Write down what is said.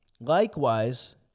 Likewise